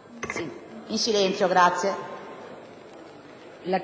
1a